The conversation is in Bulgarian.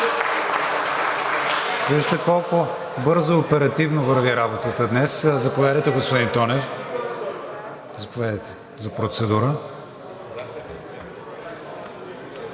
Вижте колко бързо и оперативно върви работата днес. Заповядайте, господин Тонев. Заповядайте за процедура.